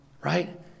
right